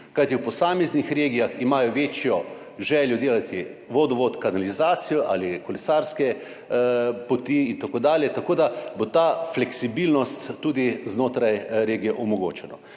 kajti v posameznih regijah imajo večjo željo delati vodovod, kanalizacijo ali kolesarske poti in tako dalje. Tako da bo ta fleksibilnost tudi znotraj regije omogočena.